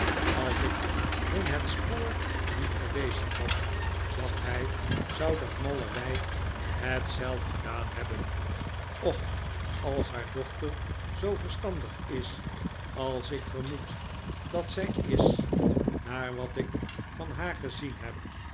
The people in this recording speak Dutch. als ik hun het spoor niet gewezen had dacht hij zou dat malle wijf het zelf gedaan hebben och als haar dochter zoo verstandig is als ik vermoed dat zij is naar wat ik van haar gezien heb